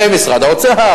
ועם משרד האוצר,